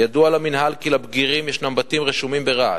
ידוע למינהל כי לבגירים יש בתים רשומים ברהט.